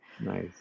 Nice